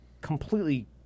completely